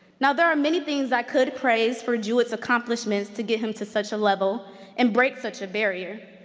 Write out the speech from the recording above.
now there are many things i could praise for jewett's accomplishments to get him to such a level and break such a barrier,